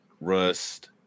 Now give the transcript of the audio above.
Rust